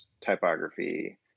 typography